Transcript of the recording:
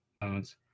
phones